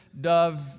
dove